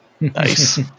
nice